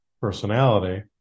personality